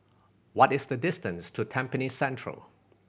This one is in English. what is the distance to Tampines Central